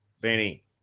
Benny